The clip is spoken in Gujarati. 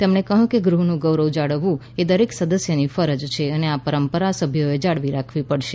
તેમણે કહ્યુંકે ગૃહનું ગૌરવ જાળવવું એ દરેક સદસ્યની ફરજ છે અને આ પરંપરા સભ્યોએ જાળવી રાખવીપડશે